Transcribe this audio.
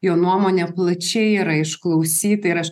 jo nuomonė plačiai yra išklausyta ir aš